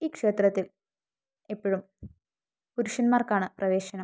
ഈ ക്ഷേത്രത്തില് എപ്പോഴും പുരുഷന്മാര്ക്കാണ് പ്രവേശനം